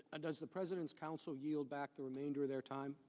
and does the president's counsel yield back the remainder of their time?